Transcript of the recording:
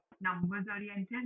numbers-oriented